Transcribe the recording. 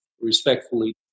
respectfully